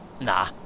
Nah